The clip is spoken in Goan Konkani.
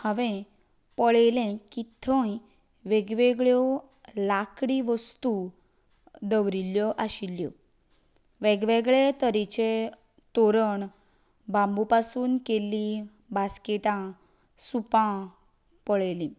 हांवें पळयलें की थंय वेग वेगळ्यो लाकडी वस्तू दवरिल्ल्यो आशिल्ल्यो वेगवेगळे तरेचे तोरण बाम्बू पसून केल्लीं बास्केटां सुपां पळयलीं